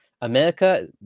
America